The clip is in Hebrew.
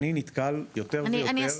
אני נתקל יותר ויותר,